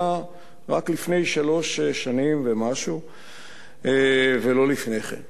רק לפני שלוש שנים ומשהו ולא לפני כן.